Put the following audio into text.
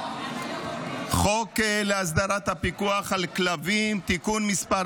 חוק להסדרת הפיקוח על כלבים (תיקון מס'